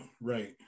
right